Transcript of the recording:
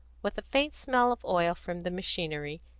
with a faint smell of oil from the machinery,